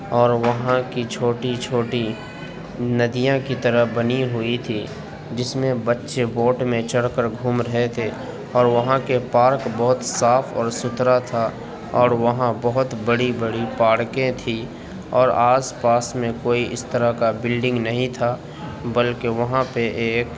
اور وہاں کی چھوٹی چھوٹی ںدیاں کی طرح بنی ہوئی تھی جس میں بچے بوٹ میں چڑھ کرگھوم رہے تھے اور وہاں کے پارک بہت صاف اور ستھرا تھا اور وہاں بہت بڑی بڑی پارکیں تھی اور آس پاس میں کوئی اس طرح کا بلڈنگ نہیں تھا بلکہ وہاں پہ ایک